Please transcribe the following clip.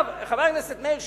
חבר הכנסת מאיר שטרית,